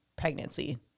pregnancy